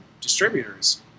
distributors